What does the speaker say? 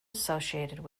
associated